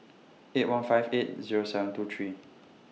eight one five eight Zero seven two three